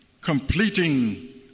completing